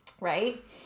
right